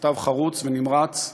כתב חרוץ ונמרץ,